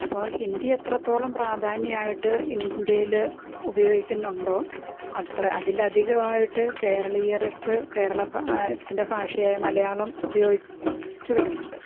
അപ്പോൾ ഹിന്ദി എത്രത്തോളം പ്രാധാന്യമായിട്ട് ഇന്ത്യയില് ഉപയോഗിക്കുന്നുണ്ടോ അത്ര അതിലധികമായിട്ട് കേരളീയർക്ക് കേരള ഭ ത്തിൻ്റെ ഭാഷയായ മലയാളം ഉപയോഗിച്ചു വരുന്നുണ്ട്